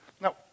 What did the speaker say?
Now